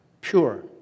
pure